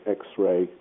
x-ray